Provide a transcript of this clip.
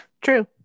True